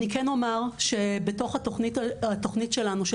אני כן אומר שבתוך התוכנית על התוכנית שלנו של